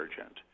urgent